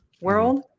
world